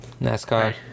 NASCAR